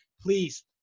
please